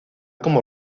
como